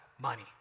Money